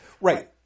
Right